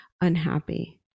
unhappy